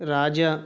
రాజా